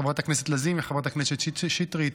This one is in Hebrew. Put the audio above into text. חברת הכנסת לזימי, חברת הכנסת שטרית,